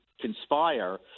conspire